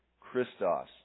Christos